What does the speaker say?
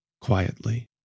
quietly